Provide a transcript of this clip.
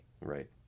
Right